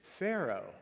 Pharaoh